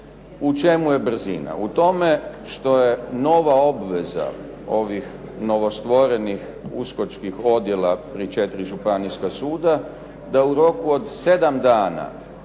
U čemu je brzina? U tome što je nova obveza ovih novostvorenih uskočkih odjela pri 4 županijska suda da u roku od 7 dana